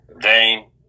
Dane